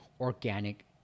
organic